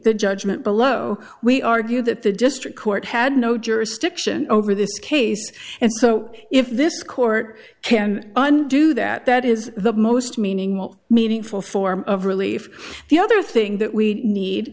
the judgment below we argue that the district court had no jurisdiction over this case and so if this court can undo that that is the most meaningful meaningful form of relief here the thing that we need